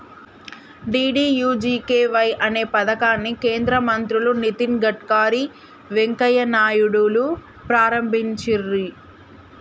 DDUGKY అనే పథకాన్ని కేంద్ర మంత్రులు నితిన్ గడ్కరీ, వెంకయ్య నాయుడులు ప్రారంభించిర్రు